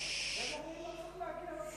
לא צריך להגיע.